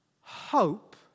hope